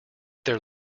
their